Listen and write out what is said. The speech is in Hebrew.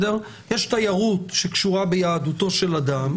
יש תיירות שקשורה ביהדותו של אדם,